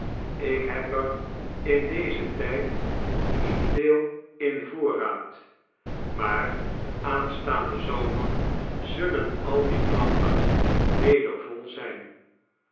ik heb er in dezen tijd niet veel in voorraad maar aanstaanden zomer zullen al die planken weder vol zijn